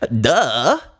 Duh